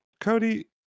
Cody